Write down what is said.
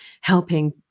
helping